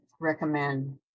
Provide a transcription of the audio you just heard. recommend